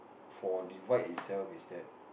for divide itself is that